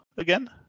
again